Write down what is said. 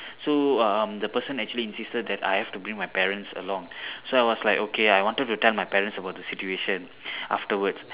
so um the person actually insisted that I have to bring my parents along so I was like okay I wanted to tell my parents about the situation afterwards